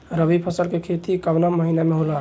रवि फसल के खेती कवना महीना में होला?